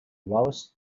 lowest